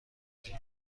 دیگه